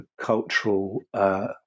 cultural